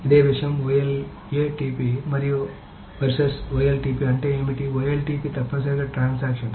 అదే విషయం OLATP versus OLTP అంటే ఏమిటి OLTP తప్పనిసరిగా ట్రాన్సాక్షన్